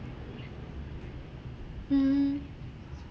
mmhmm